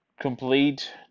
complete